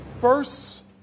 first